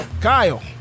Kyle